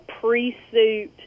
pre-suit